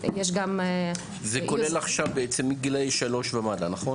אלי דלל (יו”ר הוועדה לזכויות הילד): זה כולל מגילאי שלוש ומטה.